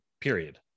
period